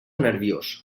nerviós